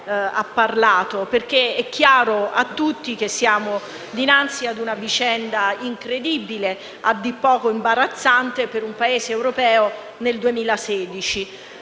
ha parlato. È chiaro a tutti, infatti, che siamo dinanzi a una vicenda incredibile, a dir poco imbarazzante, per un Paese europeo nel 2016.